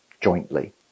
jointly